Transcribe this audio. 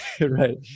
Right